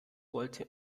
wollte